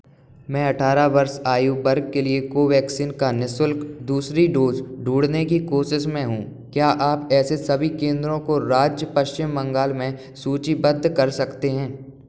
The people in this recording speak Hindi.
मैं अठारह वर्ष आयु वर्ग के लिए कोवैक्सीन का निः शुल्क दूसरी डोज ढूड़ने की कोशिश में हूँ क्या आप ऐसे सभी केंद्रों को राज्य पश्चिम बंगाल में सूचीबद्ध कर सकते हैं